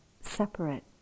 separate